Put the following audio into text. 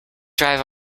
drive